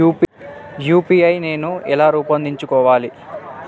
UPI నేను ఎలా రూపొందించుకోవాలి?